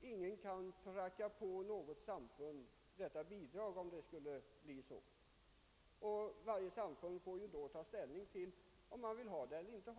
Ingen kan pracka på något samfund dessa pengar, om vi nu beslutar om bidrag. Varje samfund får då ta ställning till om man vill ta emot det eller inte.